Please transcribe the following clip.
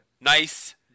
Nice